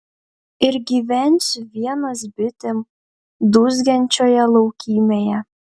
ir gyvensiu vienas bitėm dūzgiančioje laukymėje